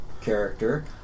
character